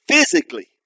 physically